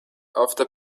after